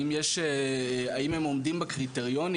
האם הם עומדים בקריטריונים,